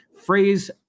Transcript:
phrase